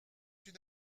une